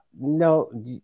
no